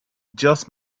just